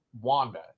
Wanda